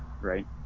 right